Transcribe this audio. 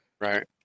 Right